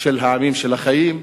של העמים, של החיים,